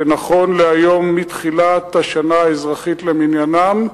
שנכון להיום, מתחילת השנה האזרחית למניינם,